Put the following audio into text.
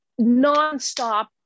nonstop